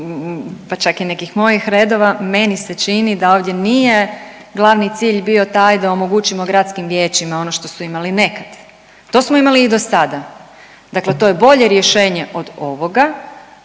pa čak i nekih mojih redova, meni se čini da ovdje nije glavni cilj bio taj da omogućimo gradskim vijećima ono što su imali nekad, to smo imali do sada, dakle to je bolje rješenje od ovoga,